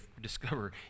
discover